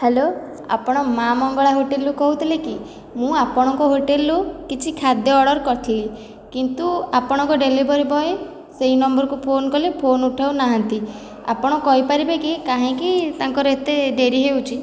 hello ଆପଣ ମା' ମଙ୍ଗଳା ହୋଟେଲରୁ କହୁଥିଲେ କି ମୁଁ ଆପଣଙ୍କ ହୋଟେଲରୁ କିଛି ଖାଦ୍ୟ ଅର୍ଡ଼ର କରିଥିଲି କିନ୍ତୁ ଆପଣଙ୍କ ଡେଲିଭରି ବଏ ସେହି ନମ୍ବରକୁ ଫୋନ୍ କଲେ ଫୋନ୍ ଉଠାଉ ନାହାନ୍ତି ଆପଣ କହିପାରିବେ କି କାହିଁକି ତାଙ୍କର ଏତେ ଡେରି ହେଉଛି